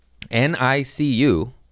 NICU